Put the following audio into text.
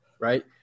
right